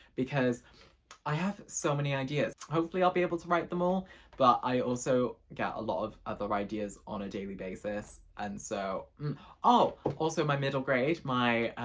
because i have so many ideas. hopefully i'll be able to write them all but i also get a lot of other ideas on a daily basis. and so oh also my middle grade, my